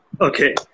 Okay